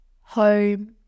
home